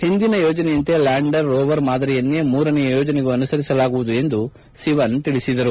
ಹಿಂದಿನ ಯೋಜನೆಯಂತೆ lander rover ಮಾದರಿಯನ್ನೇ ಮೂರನೆಯ ಯೋಜನೆಗೂ ಅನುಸರಿಸಲಾಗುವುದು ಎಂದು ತಿಳಿಸಿದರು